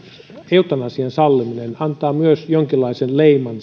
eutanasian salliminen antaa myös jonkinlaisen leiman